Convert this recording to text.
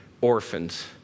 orphans